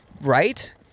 right